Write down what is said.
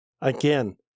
Again